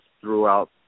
throughout